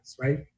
Right